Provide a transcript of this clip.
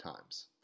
times